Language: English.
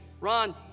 Ron